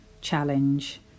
challenge